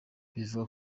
bivugwa